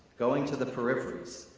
going to the peripheries,